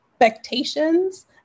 expectations